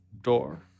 door